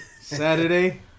Saturday